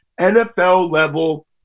NFL-level